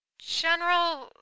General